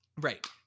right